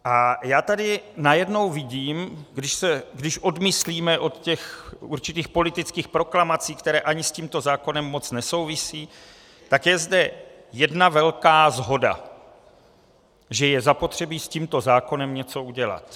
A já tady najednou vidím, když odmyslíme od těch určitých politických proklamací, které ani s tímto zákonem moc nesouvisí, tak je zde jedna velká shoda že je zapotřebí s tímto zákonem něco udělat.